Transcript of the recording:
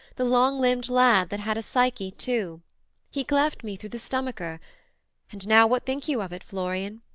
the long-limbed lad that had a psyche too he cleft me through the stomacher and now what think you of it, florian?